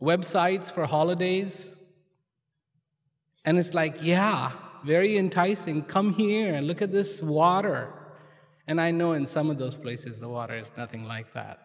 websites for holidays and it's like yeah very interesting come here and look at this water and i know in some of those places the water is nothing like that